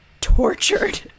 tortured